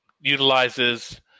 utilizes